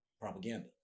propaganda